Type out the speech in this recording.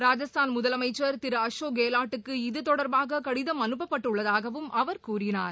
ராஜஸ்தான் முதலமைச்சர் திரு அசோக் கெவாட்டுக்கு இது தொடர்பாக கடிதம் அனுப்பப்பட்டுள்ளதாகவும் அவர் கூறினார்